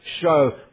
show